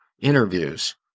interviews